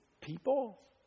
people